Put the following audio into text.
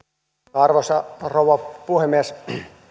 arvoisa rouva puhemies